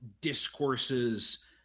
discourses